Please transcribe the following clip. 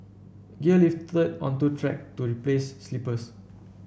gear lifted unto track to replace sleepers